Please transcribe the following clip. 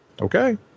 Okay